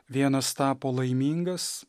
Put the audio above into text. vienas tapo laimingas